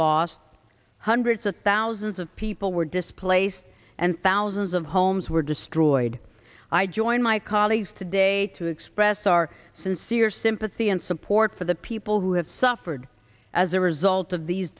lost hundreds of thousands of people were displaced and thousands of homes were destroyed i join my colleagues today to express our sincere sympathy and support for the people who have suffered as a result of these